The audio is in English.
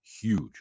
Huge